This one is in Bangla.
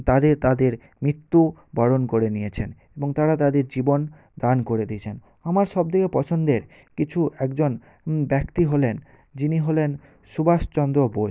তাদের তাদের মৃত্যু বরণ করে নিয়েছেন এবং তারা তাদের জীবন দান করে দিয়েছেন আমার সব থেকে পছন্দের কিছু একজন ব্যক্তি হলেন যিনি হলেন সুভাষচন্দ্র বোস